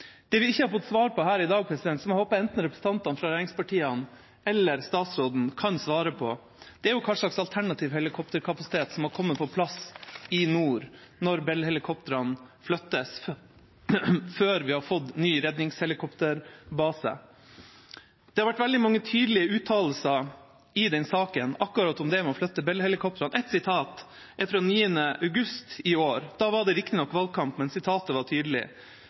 Det vi ikke har fått svar på her i dag, som jeg håper enten representantene fra regjeringspartiene eller statsråden kan svare på, er hva slags alternativ helikopterkapasitet som har kommet på plass i nord, når Bell-helikoptrene flyttes før vi har fått ny redningshelikopterbase. Det har vært veldig mange tydelige uttalelser i saken om å flytte Bell-helikoptrene. Representanten Per-Willy Amundsen sa til Folkebladet 8. august i år – da var det riktignok valgkamp, men sitatet var tydelig